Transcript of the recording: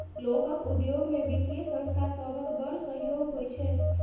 लोकक उद्योग मे बित्तीय संस्था सभक बड़ सहयोग होइ छै